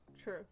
true